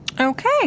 Okay